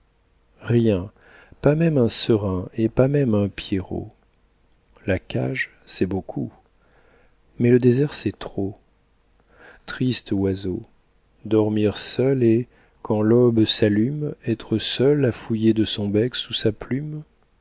rien pas même un serin et pas même un pierrot la cage c'est beaucoup mais le désert c'est trop triste oiseau dormir seul et quand l'aube s'allume être seul à fouiller de son bec sous sa plume